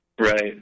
Right